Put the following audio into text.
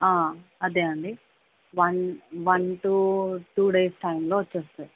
అదే అండి one one two two days టైంలో వచ్చేస్తది